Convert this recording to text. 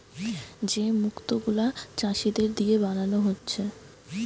যে মুক্ত গুলা চাষীদের দিয়ে বানানা হচ্ছে